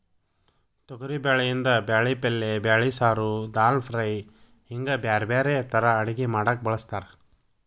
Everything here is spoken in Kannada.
ತೊಗರಿಬ್ಯಾಳಿಯಿಂದ ಬ್ಯಾಳಿ ಪಲ್ಲೆ ಬ್ಯಾಳಿ ಸಾರು, ದಾಲ್ ಫ್ರೈ, ಹಿಂಗ್ ಬ್ಯಾರ್ಬ್ಯಾರೇ ತರಾ ಅಡಗಿ ಮಾಡಾಕ ಬಳಸ್ತಾರ